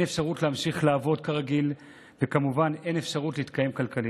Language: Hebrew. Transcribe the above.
אין אפשרות להמשיך לעבוד כרגיל וכמובן אין אפשרות להתקיים כלכלית.